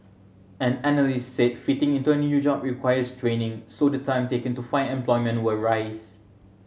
an analyst said fitting into a new job requires training so the time taken to find employment will rise